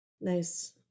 Nice